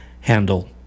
handle